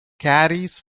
carries